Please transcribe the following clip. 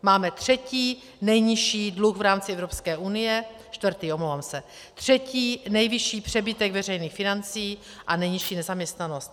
Máme třetí nejnižší dluh v rámci Evropské unie, čtvrtý, omlouvám se, třetí nejvyšší přebytek veřejných financí a nejnižší nezaměstnanost.